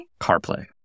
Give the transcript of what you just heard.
CarPlay